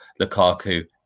Lukaku